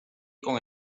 con